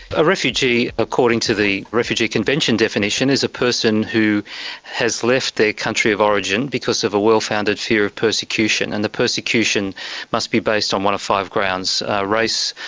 a refugee, according to the refugee convention definition, is a person who has left their country of origin because of a well founded fear of persecution, and the persecution must be based on one of five grounds race,